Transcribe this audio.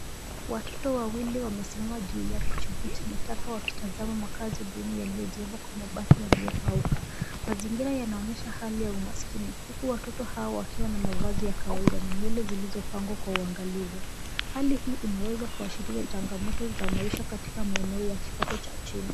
Watoto wawili wamesimama juu ya kichuguu chenye taka wakitazama makazi duni yaliyojengwa kwa mabati yaliyokauka. Mazingira yanaonyesha hali ya umaskini, huku watoto hao wakiwa na mavazi ya kawaida na nywele zilizopangwa kwa uangalifu. Hali hii inaweza kuashiria changamoto za maisha katika maeneo ya kipato cha chini.